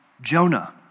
Jonah